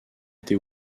été